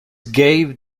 gave